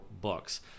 books